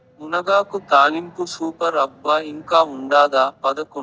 మునగాకు తాలింపు సూపర్ అబ్బా ఇంకా ఉండాదా